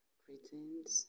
greetings